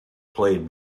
played